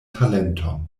talenton